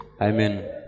Amen